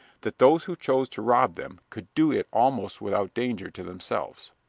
that those who chose to rob them could do it almost without danger to themselves.